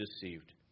deceived